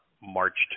marched